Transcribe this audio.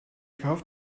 kauft